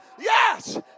yes